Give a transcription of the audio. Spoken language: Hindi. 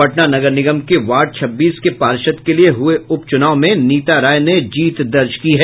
पटना नगर निगम के वार्ड छब्बीस के पार्षद के लिए हुये उप चुनाव में नीता राय ने जीत दर्ज की है